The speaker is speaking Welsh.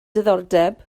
diddordeb